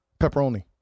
pepperoni